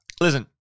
Listen